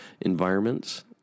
environments